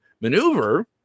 maneuver